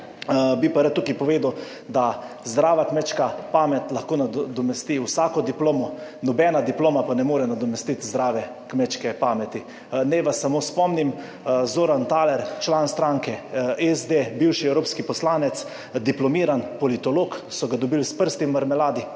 Bi pa rad tukaj povedal, da zdrava kmečka pamet lahko nadomesti vsako diplomo, nobena diploma pa ne more nadomestiti zdrave kmečke pameti. Naj vas samo spomnim, Zoran Thaler, član stranke SD, bivši evropski poslanec, diplomirani politolog, so ga dobili s prsti v marmeladi,